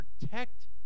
protect